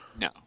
No